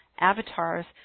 avatars